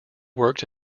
worked